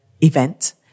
event